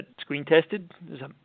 screen-tested